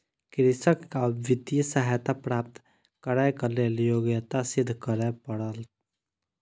कृषक के वित्तीय सहायता प्राप्त करैक लेल योग्यता सिद्ध करअ पड़ल